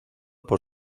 por